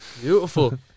Beautiful